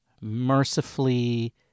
mercifully